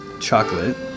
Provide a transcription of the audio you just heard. chocolate